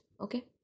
Okay